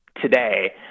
today